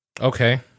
Okay